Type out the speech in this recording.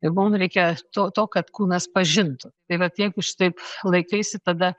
ir mum reikia to to kad kūnas pažintų tai vat jeigu šitaip laikaisi tada